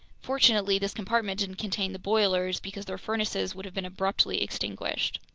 fortunately this compartment didn't contain the boilers, because their furnaces would have been abruptly extinguished.